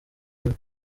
niwe